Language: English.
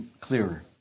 clearer